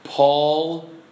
Paul